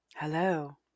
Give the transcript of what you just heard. hello